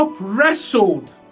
wrestled